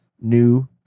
new